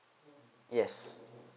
yes